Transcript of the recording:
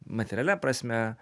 materialia prasme